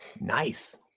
Nice